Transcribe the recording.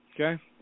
okay